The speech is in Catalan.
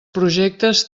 projectes